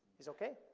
is okay?